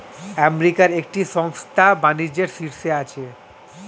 আমেরিকার একটি সংস্থা বাণিজ্যের শীর্ষে আছে